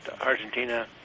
Argentina